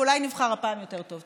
ואולי נבחר הפעם יותר טוב.